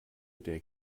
der